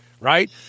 right